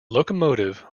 locomotive